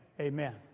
Amen